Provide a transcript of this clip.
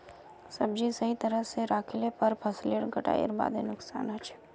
सब्जी सही तरह स नी राखले पर फसलेर कटाईर बादे नुकसान हछेक